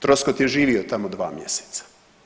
Troskot je živio tamo 2 mjeseca.